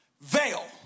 veil